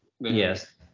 Yes